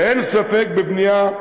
ואין ספק שהבנייה,